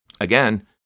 again